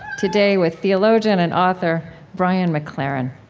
today with theologian and author, brian mclaren